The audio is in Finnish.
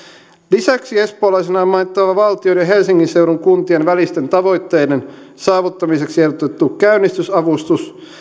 lisäksi espoolaisena on mainittava valtion ja ja helsingin seudun kuntien välisten tavoitteiden saavuttamiseksi ehdotettu käynnistysavustus